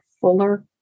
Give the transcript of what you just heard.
fuller